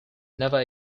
never